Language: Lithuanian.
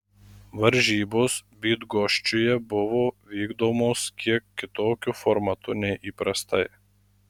varžybos bydgoščiuje buvo vykdomos kiek kitokiu formatu nei įprastai